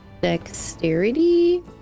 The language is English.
dexterity